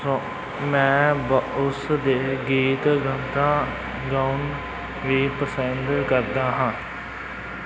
ਸੋ ਮੈਂ ਵ ਉਸ ਦੇ ਗੀਤ ਗਾਦਾ ਗਾਉਣਾ ਵੀ ਪਸੰਦ ਕਰਦਾ ਹਾਂ